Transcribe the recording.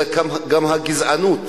אלא גם הגזענות,